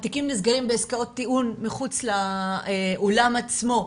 התיקים נסגרים בעסקאות טיעון מחוץ לאולם עצמו.